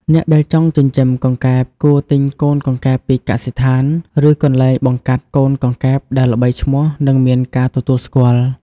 អ្នកដែលចង់ចិញ្ចឹមកង្កែបគួរទិញកូនកង្កែបពីកសិដ្ឋាន ឬកន្លែងបង្កាត់កូនកង្កែបដែលល្បីឈ្មោះ និងមានការទទួលស្គាល់។